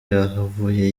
yahavuye